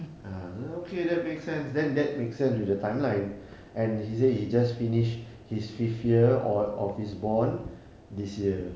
ah okay that makes sense then that makes sense with the timeline and he say he just finished his fifth year of of his bond this year